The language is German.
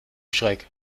schreck